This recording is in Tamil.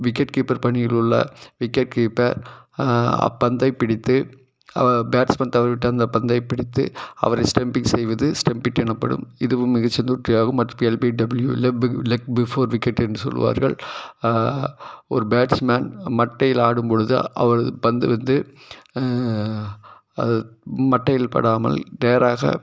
விக்கெட் கீப்பர் பணியில் உள்ள விக்கெட் கீப்பர் அப்பந்தை பிடித்து பேட்ஸ்மேன் தவறவிட்ட அந்த பந்தை பிடித்து அவரை ஸ்டெம்பிங் செய்வது ஸ்டெம்பிட் எனப்படும் இதுவும் மிகச்சிறந்த உத்தியாகும் மற்றும் LBW leg leg before wicket என்று சொல்லுவார்கள் ஒரு பேட்ஸ்மேன் மட்டையில் ஆடும்பொழுது அவரது பந்து வந்து அது மட்டையில் படாமல் நேராக